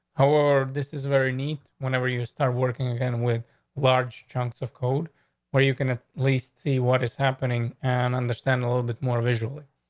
how are this is very neat whenever you start working again with large chunks of code where you can at least see what is happening and understand a little bit more visually,